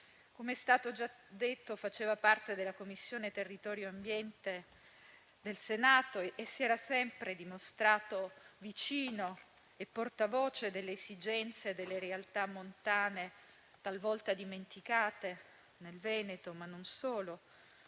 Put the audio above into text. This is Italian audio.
Come è stato ricordato, faceva parte della Commissione territorio, ambiente, beni ambientali del Senato e si era sempre dimostrato vicino e portavoce delle esigenze delle realtà montane, talvolta dimenticate, del Veneto e non solo,